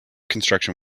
construction